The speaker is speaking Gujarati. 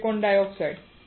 silicon dioxide